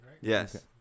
Yes